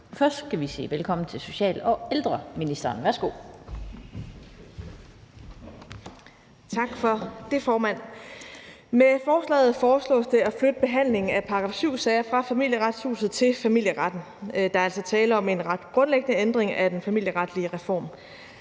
Værsgo. Kl. 16:45 Social- og ældreministeren (Astrid Krag): Tak for det, formand. Med forslaget foreslås det at flytte behandlingen af § 7-sager fra Familieretshuset til familieretten. Der er altså tale om en ret grundlæggende ændring af den familieretlige reform.